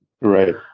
Right